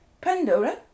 Pandora